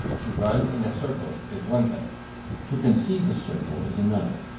to run in a circle is one thing to conceive a circle is another.